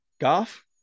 Golf